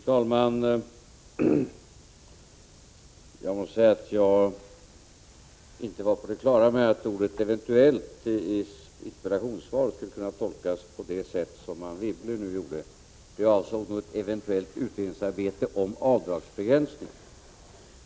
Fru talman! Jag var inte på det klara med att ordet ”eventuellt” i ett interpellationssvar skulle kunna tolkas på det sätt som Anne Wibble nu gjorde. Jag avsåg ett eventuellt utredningsarbete om avdragsbegränsning.